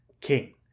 king